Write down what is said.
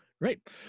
great